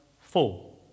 four